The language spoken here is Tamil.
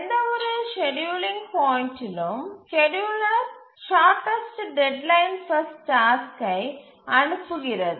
எந்தவொரு ஸ்கேட்யூலிங் பாயிண்ட்டிலும் ஸ்கேட்யூலர் ஷார்ட்டஸ்ட் டெட்லைன் பஸ்ட் டாஸ்க்கை அனுப்புகிறது